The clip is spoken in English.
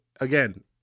again